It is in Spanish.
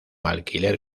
alquiler